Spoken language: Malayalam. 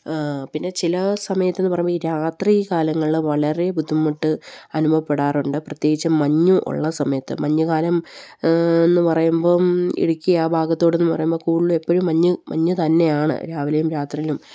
പിന്നെ ചില സമയത്തെന്ന് പറയുമ്പോൾ ഈ രാത്രി കാലങ്ങളിൽ വളരെ ബുദ്ധിമുട്ട് അനുഭവപ്പെടാറുണ്ട് പ്രത്യേകിച്ച് മഞ്ഞ് ഉള്ള സമയത്ത് മഞ്ഞ് കാലം എന്ന് പറയുമ്പം ഇടുക്കി ആ ഭാഗത്തോടെന്ന് പറയുമ്പോൾ കൂടുതലും എപ്പോഴും മഞ്ഞ് മഞ്ഞ് തന്നെയാണ് രാവിലെയും രാത്രിയിലും